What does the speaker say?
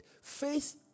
Faith